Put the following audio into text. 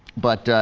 but ah.